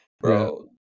Bro